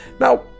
Now